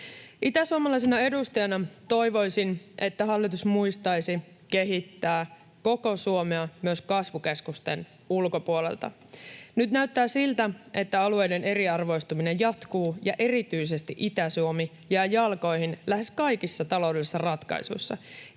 Itäsuomalaisena edustajana toivoisin, että hallitus muistaisi kehittää koko Suomea myös kasvukeskusten ulkopuolelta. Nyt näyttää siltä, että alueiden eriarvoistuminen jatkuu ja erityisesti Itä-Suomi jää jalkoihin lähes kaikissa taloudellisissa ratkaisuissa: